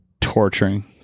torturing